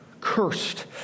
cursed